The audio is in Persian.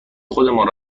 خودمان